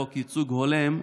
חוק ייצוג הולם,